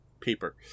paper